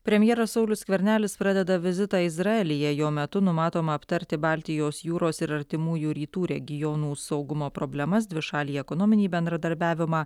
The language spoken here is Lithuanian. premjeras saulius skvernelis pradeda vizitą izraelyje jo metu numatoma aptarti baltijos jūros ir artimųjų rytų regionų saugumo problemas dvišalį ekonominį bendradarbiavimą